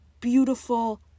beautiful